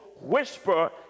whisper